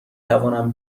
توانم